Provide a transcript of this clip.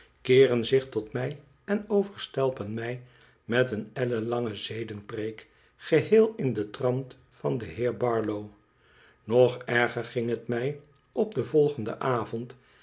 keeren zich tot mij en overstelpen mij met een ellenlange zedenpreek geheel in den trant van den heer barlow nog erger ging het mij op den volgenden avond